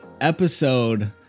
episode